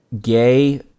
gay